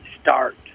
start